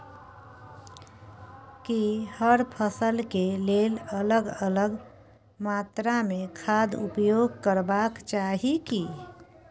की हर फसल के लेल अलग अलग मात्रा मे खाद उपयोग करबाक चाही की?